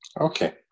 Okay